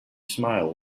smile